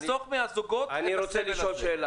ובכך נחסוך מהזוגות את הסבל הזה.